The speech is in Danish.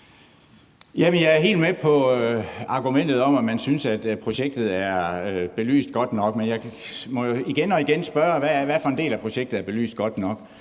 Jeg er helt med på argumentet om, at man synes, at projektet er belyst godt nok. Men jeg må jo igen og igen spørge: Hvad for en del af projektet er belyst godt nok?